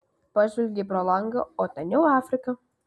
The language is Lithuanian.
pažvelgei pro langą o ten jau afrika